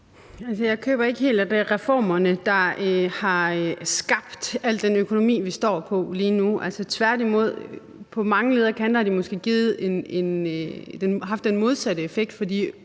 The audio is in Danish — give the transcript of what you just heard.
Jeg køber ikke helt, at det er reformerne, der har skabt al den økonomi, vi står på lige nu, tværtimod. På mange leder og kanter har de måske haft den modsatte effekt,